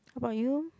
how about you